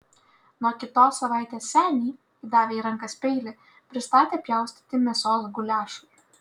nuo kitos savaitės senį įdavę į rankas peilį pristatė pjaustyti mėsos guliašui